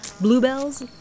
bluebells